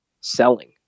selling